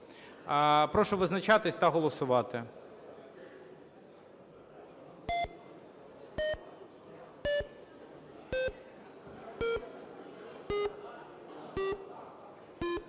Прошу визначатися та голосувати.